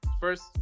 first